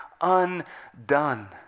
undone